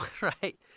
right